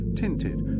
tinted